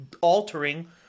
altering